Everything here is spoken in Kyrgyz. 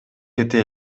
кете